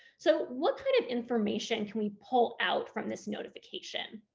so what kind of information can we pull out from this notification.